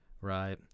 Right